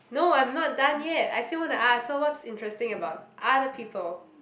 no I am not done yet I still want to ask so what's interesting about other people